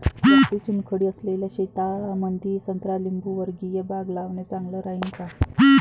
जास्त चुनखडी असलेल्या शेतामंदी संत्रा लिंबूवर्गीय बाग लावणे चांगलं राहिन का?